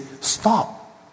stop